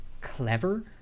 clever